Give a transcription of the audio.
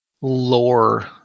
lore